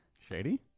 Shady